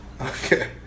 Okay